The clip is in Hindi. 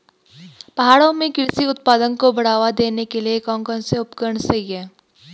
पहाड़ों में कृषि उत्पादन को बढ़ावा देने के लिए कौन कौन से उपकरण सही हैं?